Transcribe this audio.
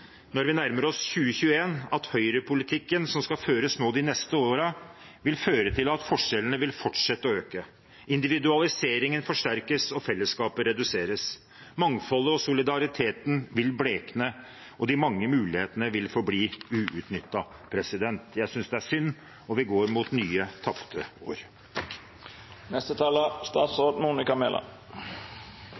når vi nærmer oss 2021, at høyrepolitikken som skal føres nå de neste årene, vil føre til at forskjellene vil fortsette å øke. Individualiseringen forsterkes, og fellesskapet reduseres. Mangfoldet og solidariteten vil blekne, og de mange mulighetene vil forbli uutnyttet. Jeg synes det er synd, og vi går mot nye tapte